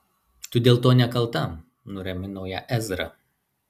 tu dėl to nekalta nuramino ją ezra